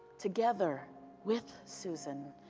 together with susan